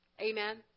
Amen